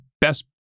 best